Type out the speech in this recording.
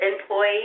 employee